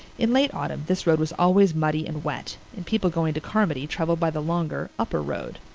in late autumn this road was always muddy and wet, and people going to carmody traveled by the longer upper road.